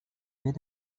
when